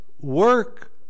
work